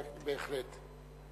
בהחלט.